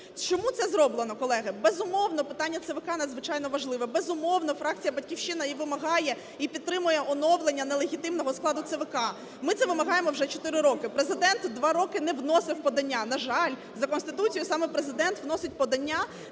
Чому це зроблено, колеги? Безумовно, питання ЦВК надзвичайно важливе, безумовно, фракція "Батьківщина" і вимагає, і підтримує оновлення нелегітимного складу ЦВК. Ми це вимагаємо вже чотири роки. Президент два роки не вносив подання, на жаль, за Конституцією саме Президент вносить подання,